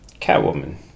Catwoman